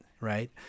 right